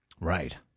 Right